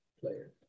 player